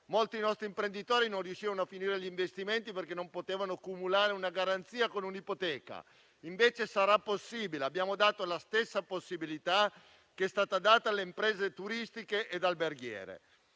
Molti nostri imprenditori non riuscivano a finire gli investimenti perché non potevano cumulare una garanzia con un'ipoteca. Invece ora sarà possibile; abbiamo dato la stessa possibilità offerta alle imprese turistiche e alberghiere.